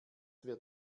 wird